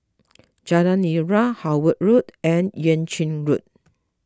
Jalan Nira Howard Road and Yuan Ching Road